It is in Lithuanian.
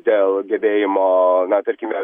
dėl gebėjimo na tarkim